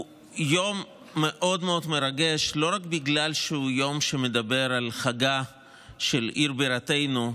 הוא יום מאוד מרגש לא רק בגלל שהוא יום שמדבר על חגה של עיר בירתנו,